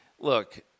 Look